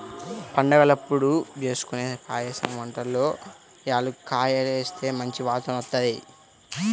పండగలప్పుడు జేస్కొనే పాయసం వంటల్లో యాలుక్కాయాలేస్తే మంచి వాసనొత్తది